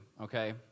okay